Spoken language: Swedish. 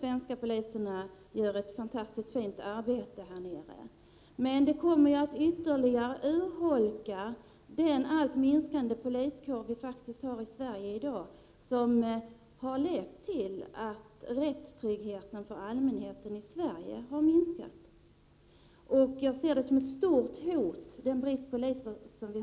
Svenska poliser gör ett fantastiskt fint arbete där nere. Detta kommer dock att ytterligare urholka den minskande poliskår som vi har i Sverige i dag, en minskning som har lett till att allmänhetens rättstrygghet har blivit mindre. Bristen på poliser ser jag som ett stort